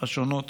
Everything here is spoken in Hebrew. השונות